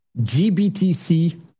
GBTC